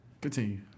Continue